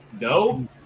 No